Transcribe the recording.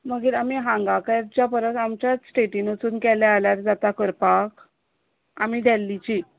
मागीर आमी हांगा करच्या परस आमच्याच स्टेटीन वचून केले जाल्यार जाता करपाक आमी दॅल्लीची